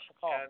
call